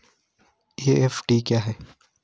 FD क्या है?